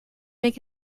make